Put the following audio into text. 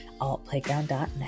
altplayground.net